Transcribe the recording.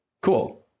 Cool